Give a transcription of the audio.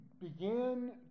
began